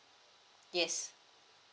yes